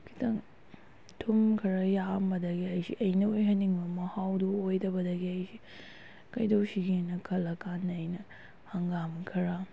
ꯈꯤꯇꯪ ꯊꯨꯝ ꯈꯔ ꯌꯥꯛꯂꯝꯕꯗꯒꯤ ꯑꯩꯁꯤ ꯑꯩꯅ ꯑꯣꯏꯍꯟꯅꯤꯡꯕ ꯃꯍꯥꯎꯗꯨ ꯑꯣꯏꯗꯕꯗꯒꯤ ꯑꯩꯁꯤ ꯀꯩꯗꯧꯁꯤꯒꯦꯅ ꯈꯜꯂ ꯀꯥꯟꯗ ꯑꯩꯅ ꯍꯪꯒꯥꯝ ꯈꯔ